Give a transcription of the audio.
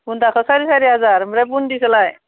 बुन्दाखौ साराय सारि हाजार ओमफ्राय बुन्दिखौलाय